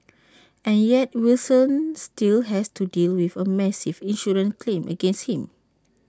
and yet Wilson still has to deal with A massive insurance claim against him